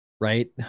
right